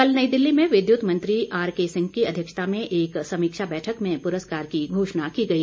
कल नई दिल्ली में विद्युत मंत्री आरके सिंह की अध्यक्षता में एक समीक्षा बैठक में पुरस्कार की घोषणा की गई